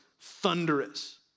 thunderous